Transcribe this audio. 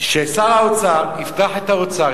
ששר האוצר יפתח את האוצר,